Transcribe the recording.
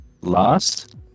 last